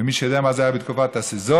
ומי שיודע מה היה בתקופת הסזון,